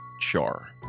Char